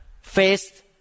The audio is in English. faced